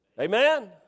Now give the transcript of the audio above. amen